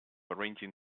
arranging